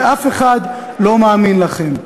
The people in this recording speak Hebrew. ואף אחד לא מאמין לכם.